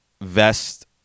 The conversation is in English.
vest